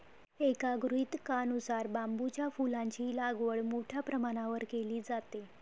एका गृहीतकानुसार बांबूच्या फुलांची लागवड मोठ्या प्रमाणावर केली जाते